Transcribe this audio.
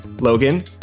Logan